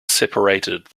separated